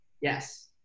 Yes